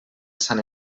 sant